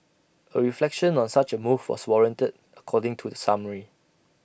A reflection on such A move was warranted according to the summary